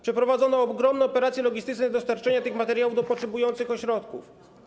Przeprowadzono ogromne operacje logistyczne dostarczenia tych materiałów do potrzebujących ośrodków.